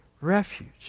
refuge